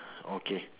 okay